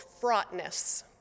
fraughtness